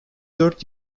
dört